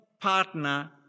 partner